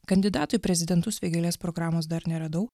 kandidatų į prezidentus vėgėlės programos dar neradau